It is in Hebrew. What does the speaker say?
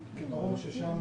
כי ברור ששם